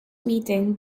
meeting